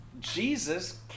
Jesus